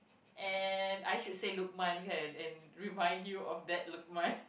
and I should say Luqman kan and remind you of that Luqman